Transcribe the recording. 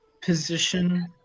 position